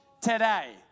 today